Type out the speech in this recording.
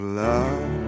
love